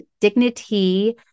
Dignity